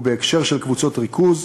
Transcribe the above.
ובהקשר של קבוצות ריכוז,